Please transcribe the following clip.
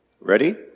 Ready